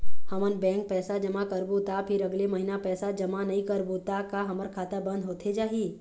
हमन बैंक पैसा जमा करबो ता फिर अगले महीना पैसा जमा नई करबो ता का हमर खाता बंद होथे जाही?